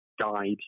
guide